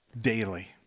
daily